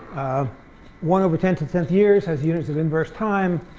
one over ten to the tenth years has units of inverse time,